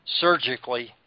surgically